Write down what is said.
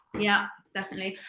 yeah, definitely.